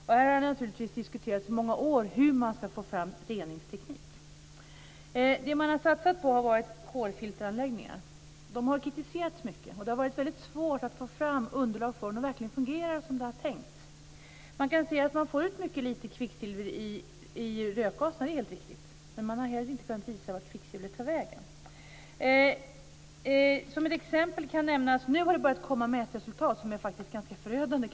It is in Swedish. Det har naturligtvis diskuterats i många år hur man ska få fram reningsteknik. Man har satsat på kolfilteranläggningar. Dessa har kritiserats mycket, och det har varit väldigt svårt att få fram underlag för om de verkligen fungerar som det var tänkt. Man kan se att man får ut mycket lite kvicksilver i rökgaserna - det är helt riktigt. Men man har inte kunnat visa vart kvicksilvret tar vägen. Det har nu börjat komma mätresultat som är ganska förödande.